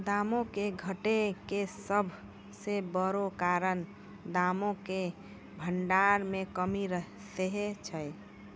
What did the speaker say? दामो के घटै के सभ से बड़ो कारण दामो के भंडार मे कमी सेहे छै